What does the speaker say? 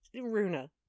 Runa